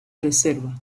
reserva